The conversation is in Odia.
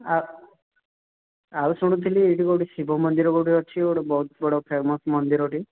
ଆଉ ଆଉ ଶୁଣୁଥିଲି ଏଇଠି କେଉଁଠି ଶିବ ମନ୍ଦିର କେଉଁଠି ଅଛି ବହୁତ ବଡ଼ ଫେମସ୍ ମନ୍ଦିରଟି